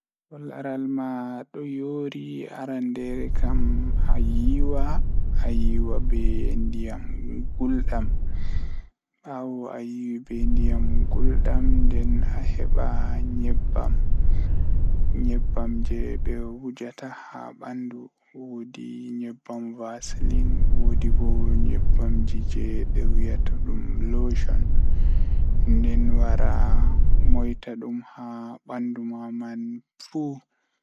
Jokkondir ndiyam ngam sabu hokkondir moƴƴaare so tawii ƴellii sabu ndiyam ɗe. Miɗo waawi heɓugol lotion walla cream ngoni moƴƴaare. Ɓeydu ko nguurndam he skin ngal sabu, njiddaade kadi holla sabu gasa ɓuri. Ko feewde, waawataa hokka lotion ngam njiddaade fowrude sabu kadi waɗtude ndiyam e leɗɗi ngal sabu waawataa njiddaade sabu.